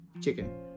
chicken